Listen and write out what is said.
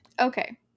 Okay